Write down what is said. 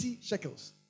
shekels